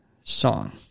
Song